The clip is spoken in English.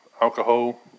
alcohol